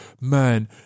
man